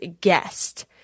guest